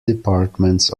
departments